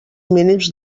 mínims